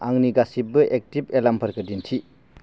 आंनि गासैबो एक्टिभ एलार्मफोरखौ दिन्थि